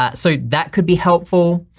ah so that could be helpful.